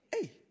hey